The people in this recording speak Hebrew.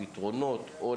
אני